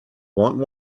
want